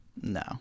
no